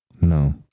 No